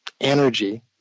energy